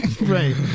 Right